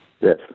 Yes